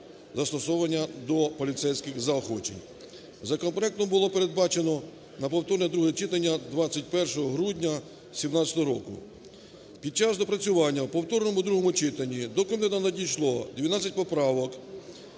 застосування до поліцейських заохочень. Законопроектом було передбачено на повторне друге читання 21 грудня 17-го року. Під час доопрацювання в повторному другому читанні до комітету надійшло 12 поправок